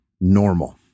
normal